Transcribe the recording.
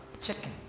chicken